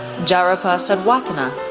jarupa sodwatana,